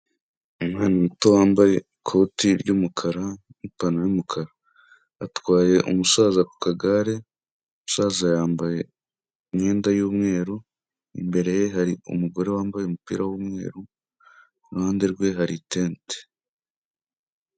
Umwana muto wambaye ikoti ry'umukara n'ipantaro y'umukara, atwaye umusaza ku kagare, umusaza yambaye imyenda y'umweru, imbere ye hari umugore wambaye umupira w'umweru, iruhande rwe hari itente.